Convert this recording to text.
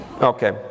okay